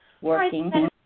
working